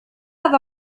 هذا